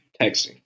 texting